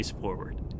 forward